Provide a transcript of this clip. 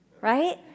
right